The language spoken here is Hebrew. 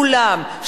כולם,